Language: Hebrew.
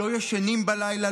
לא ישנים בלילה,